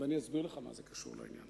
אני אסביר לך מה זה קשור לעניין.